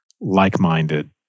like-minded